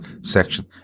section